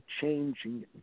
changing